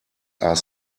are